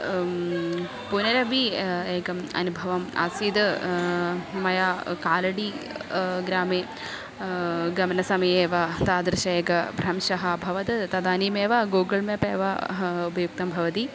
पुनरपि एकम् अनुभवम् आसीत् मया कालडि ग्रामे गमनसमये वा तादृश एकः भ्रंशः अभवत् तदानीमेव गूगुळ् मेप् एव उपयुक्तं भवति